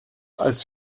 als